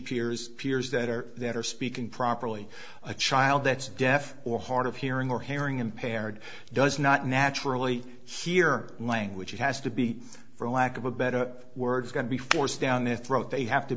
piers piers that are that are speaking properly a child that's deaf or hard of hearing or hearing impaired does not naturally hear language it has to be for lack of a better word going to be forced down their throat they have to